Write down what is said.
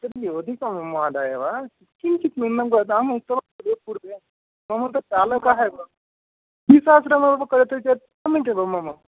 अधिकं महोदय वा किञ्चित् न्यूनं वदाम इत पूर्वे मम तु चालक एव द्विसहस्रं एव करोतु चेत् सम्यक् एव मम